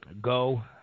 go